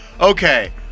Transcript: Okay